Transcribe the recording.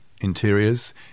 interiors